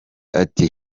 ati